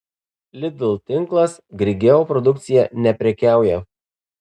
lidl tinklas grigeo produkcija neprekiauja